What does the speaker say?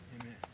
Amen